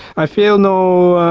i feel no